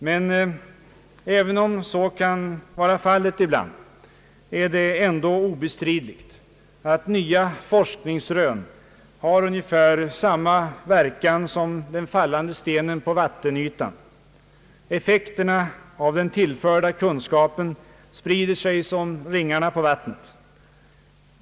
Men även om så kan vara fallet ibland är det ändå obestridligt att nya forskningsrön har ungefär samma verkan som den fallande stenen på vattenytan. Effekterna av den tillförda kunskapen sprider sig som ringarna på vattnet.